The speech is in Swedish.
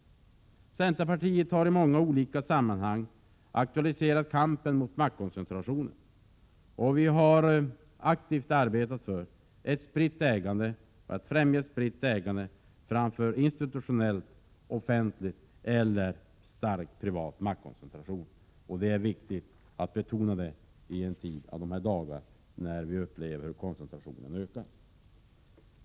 Centerpartiet har i många olika sammanhang aktualiserat kampen mot maktkoncentrationen och har aktivt arbetat för att främja ett spritt ägande framför institutionellt offentligt ägande och stark privat maktkoncentration. Det är viktigt att betona detta i dessa dagar, då vi upplever att koncentrationen ökar.